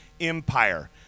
empire